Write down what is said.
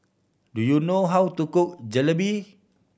do you know how to cook Jalebi